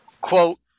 quote